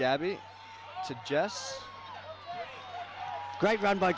gabby suggests great run by